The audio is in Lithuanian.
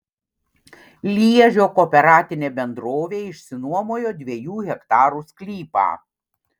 liežio kooperatinė bendrovė išsinuomojo dviejų hektarų sklypą